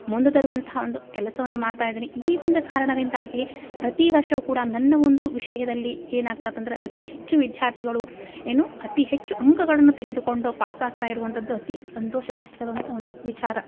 ಮುಂದೆ ತರುವಂತಹ ಒಂದು ಕೆಲಸವನ್ನು ಮಾಡ್ತಾ ಇದ್ದೀನಿ ಈ ಒಂದು ಕಾರಣದಿಂದಾಗಿ ಪ್ರತೀ ವರ್ಷವು ಕೂಡ ನನ್ನ ಒಂದು ವಿಷಯದಲ್ಲಿ ಏನಾಗ್ತದೆ ಅಂದ್ರೆ ಅತೀ ಹೆಚ್ಚು ವಿದ್ಯಾರ್ಥಿಗಳು ಏನು ಅತಿ ಹೆಚ್ಚು ಅಂಕಗಳನ್ನು ತೆಗೆದುಕೊಂಡು ಪಾಸಾಗ್ತಾ ಇರುವಂಥದ್ದು ಅತಿ ಸಂತೋಷದಾಯಕದಂಥ ಒಂದು ವಿಚಾರ